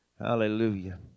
Hallelujah